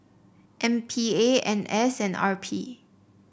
M P A N S and R P